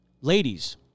Ladies